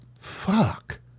fuck